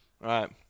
right